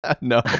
No